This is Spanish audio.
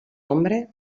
hombre